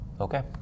Okay